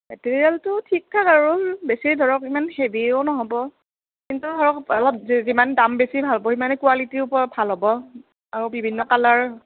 মেটেৰিয়েলটো ঠিক ঠাক আৰু বেছি ধৰক ইমান হেভিও নহ'ব কিন্তু ধৰক অলপ যিমান দাম বেছি ভাল হ'ব সিমানে কুৱালিটিও পুৰা ভাল হ'ব আৰু বিভিন্ন কালাৰ